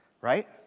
right